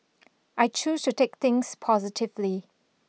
I choose to take things positively